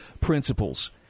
principles